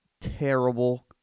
terrible